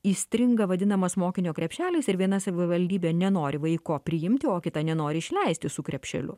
įstringa vadinamas mokinio krepšelis ir viena savivaldybė nenori vaiko priimti o kita nenori išleisti su krepšeliu